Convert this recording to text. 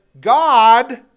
God